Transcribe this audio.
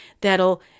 that'll